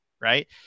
right